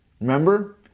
Remember